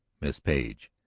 miss page.